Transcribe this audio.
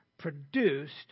produced